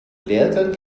lehrgang